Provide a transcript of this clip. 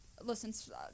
Listen